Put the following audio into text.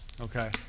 okay